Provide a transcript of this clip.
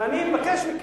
ואני מבקש מכם,